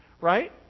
right